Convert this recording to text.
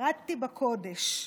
שירתי בקודש.